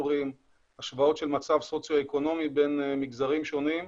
השוואות של מצב סוציואקונומי בין מגזרים שונים,